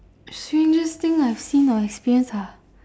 strangest thing I've seen or experienced ah